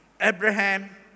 Abraham